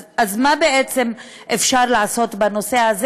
אז מה בעצם אפשר לעשות בנושא הזה?